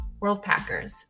Worldpackers